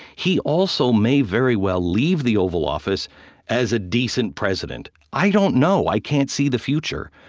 he also may very well leave the oval office as a decent president. i don't know. i can't see the future.